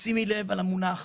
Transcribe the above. שימי לב למונח.